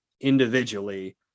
individually